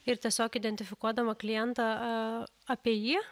ir tiesiog identifikuodama klientą apie jį